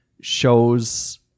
shows